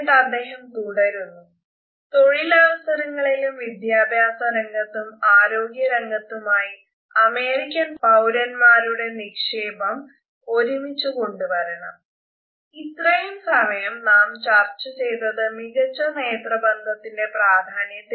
എന്നിട്ട് അദ്ദേഹം തുടരുന്നു തൊഴിലവസരങ്ങളിലും വിദ്യാഭ്യാസ രംഗത്തും ആരോഗ്യരംഗത്തുമായി അമേരിക്കൻ പൌരന്മാരുടെ നിക്ഷേപം ഒരുമിച്ച് കൊണ്ടു വരണം ഇത്രയും സമയം നാം ചർച്ച ചെയ്തത് മികച്ച നേത്രബന്ധത്തിന്റെ പ്രാധാന്യത്തെ കുറിച്ചാണ്